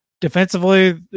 defensively